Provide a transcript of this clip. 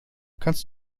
kannst